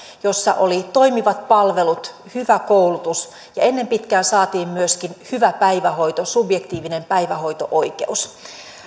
jossa olivat toimivat palvelut hyvä koulutus ja ennen pitkää saatiin myöskin hyvä päivähoito subjektiivinen päivähoito oikeus